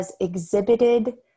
exhibited